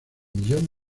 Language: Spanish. millón